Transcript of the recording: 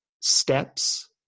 steps